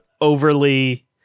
overly